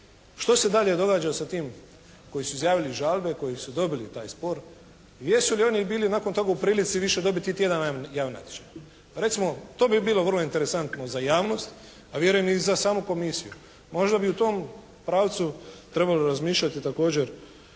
što se dalje događa sa tim koji su izjavili žalbe, koji su dobili taj spor. Jesu li oni bili nakon toga u prilici više dobiti iti jedan javni natječaj? Recimo to bi bilo vrlo interesantno za javnost a vjerujem i za samu komisiju. Možda bi u tom pravcu trebalo razmišljati također